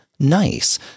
Nice